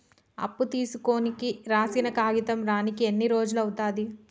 అప్పు తీసుకోనికి రాసిన కాగితం రానీకి ఎన్ని రోజులు అవుతది?